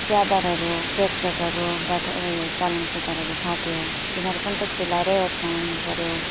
च्यादरहरू बेडसिटहरूबाट उयो पलङ च्यादरहरू फाट्यो तिनीहरू पनि त सिलाएर ओछ्याउनु पर्यो